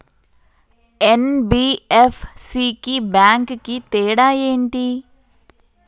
NBFC కి bank కి తేడా ఏంటి?